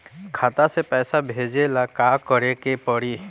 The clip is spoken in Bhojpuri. खाता से पैसा भेजे ला का करे के पड़ी?